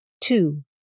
two